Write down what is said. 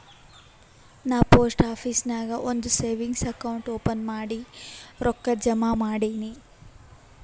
ನಾ post office ನಾಗ್ ಒಂದ್ ಸೇವಿಂಗ್ಸ್ ಅಕೌಂಟ್ ಓಪನ್ ಮಾಡಿ ರೊಕ್ಕಾ ಜಮಾ ಮಾಡಿನಿ